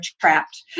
trapped